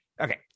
okay